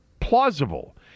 plausible